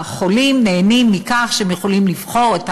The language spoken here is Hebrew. החולים נהנים מכך שהם יכולים לבחור את